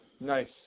Nice